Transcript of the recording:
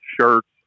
shirts